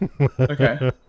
Okay